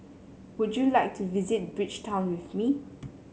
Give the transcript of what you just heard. would you like to visit Bridgetown with me